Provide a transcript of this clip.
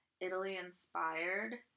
Italy-inspired